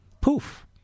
Poof